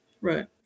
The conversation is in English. Right